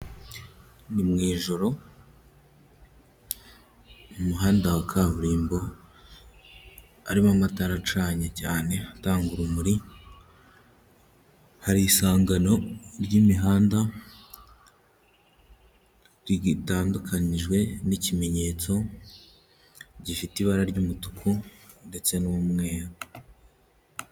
Ni mu ijoro, mu muhanda wa kaburimbo, arimo amatara acanye cyane, atanga urumuri, hari isangano ry'imihanda, rigitandukanijwe n'ikimenyetso, gifite ibara ry'umutuku ,ndetse n'umweru.